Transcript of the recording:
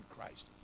Christ